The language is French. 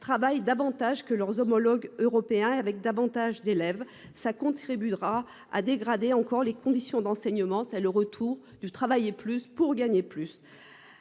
travaillent davantage que leurs homologues européens et avec davantage d'élèves ça contribue draps à dégrader encore les conditions d'enseignement, c'est le retour du travailler plus pour gagner plus.